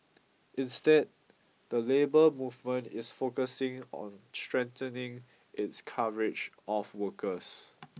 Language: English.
instead the labour movement is focusing on strengthening its coverage of workers